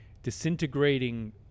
Disintegrating